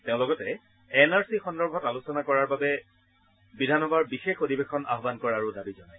তেওঁ লগতে N R C সন্দৰ্ভত আলোচনা কৰাৰ বাবে বিধানসভাৰ বিশেষ অধিৱেশন আহান কৰাৰো দাবী জনায়